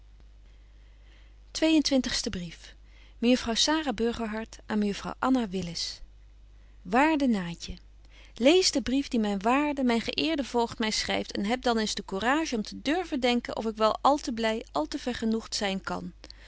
mejuffrouw sara burgerhart aan mejuffrouw anna willis waarde naatje lees den brief die myn waarde myn geeerde voogd my schryft en heb dan eens de courage om te durven denken of ik wel al te bly al te vergenoegt zyn kan